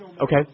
Okay